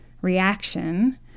reaction